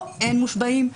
פה אין מושבעים.